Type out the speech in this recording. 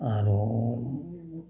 আৰু